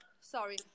sorry